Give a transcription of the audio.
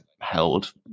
held